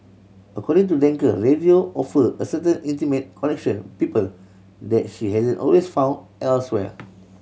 according to Danker radio offer a certain intimate connection people that she hasn't always found elsewhere